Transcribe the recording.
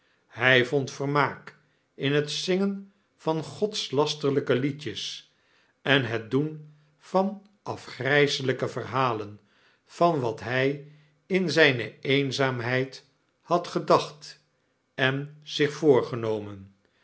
hjj vond vermaak in het zingen van gpdslasterlpe liedjes en het doen van afgryselyke verhalen van wat hy in zjjne eenzaamheid had gedacht en zich voorgenomen